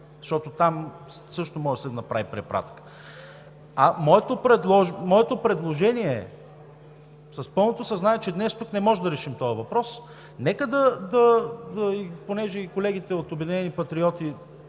защото там също може да се направи препратка. Моето предложение – с пълното съзнание, че днес тук не можем да решим този въпрос понеже и колегите от „Обединени патриоти“